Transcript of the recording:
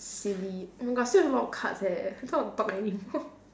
silly oh my god still have a lot of cards eh I don't want talk anymore